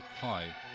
hi